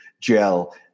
gel